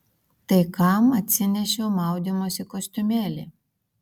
tai kam atsinešiau maudymosi kostiumėlį